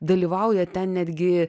dalyvauja ten netgi